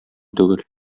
түгел